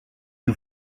you